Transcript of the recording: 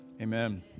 amen